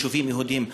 ביישובים יהודיים,